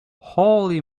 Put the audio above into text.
holy